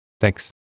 Thanks